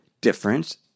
difference